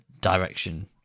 direction